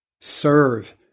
serve